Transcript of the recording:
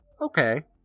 okay